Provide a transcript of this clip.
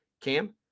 Cam